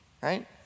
Right